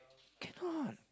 cannot